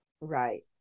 right